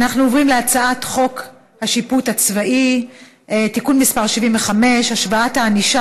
אנחנו עוברים להצעת חוק השיפוט הצבאי (תיקון מס' 75) (השוואת הענישה